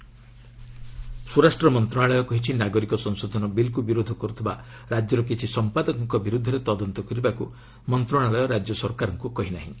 MHA Assam editors ସ୍ୱରାଷ୍ଟ ମନ୍ତ୍ରଣାଳୟ କହିଛି ନାଗରିକ ସଂଶୋଧନ ବିଲ୍କ୍ ବିରୋଧ କର୍ତ୍ରିବା ରାଜ୍ୟର କିଛି ସମ୍ପାଦକଙ୍କ ବିରୁଦ୍ଧରେ ତଦନ୍ତ କରିବାକୁ ମନ୍ତ୍ରଣାଳୟ ରାଜ୍ୟ ସରକାରଙ୍କୁ କହି ନାହିଁ